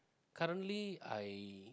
currently I